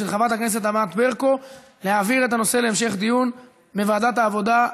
של חברת הכנסת ענת ברקו להעביר את הנושא להמשך דיון בוועדת העבודה,